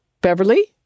Beverly